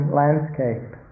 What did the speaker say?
landscape